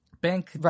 Bank